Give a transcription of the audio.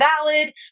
valid